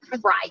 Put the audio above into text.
Right